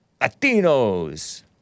Latinos